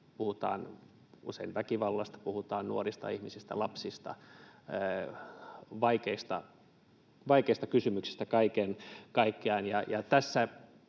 Puhutaan usein väkivallasta, puhutaan nuorista ihmisistä, lapsista, vaikeista kysymyksistä kaiken